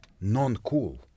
non-cool